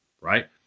right